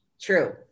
True